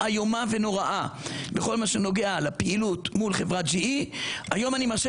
איומה ונוראה בכל מה שנוגע לפעילות מול חברת GE. היום אני מרשה